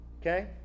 Okay